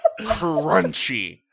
crunchy